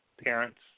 parents